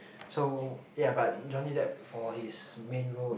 so yeah but Johnny Depp before his main role